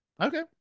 okay